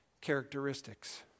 characteristics